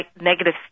negative